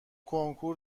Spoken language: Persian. کنکور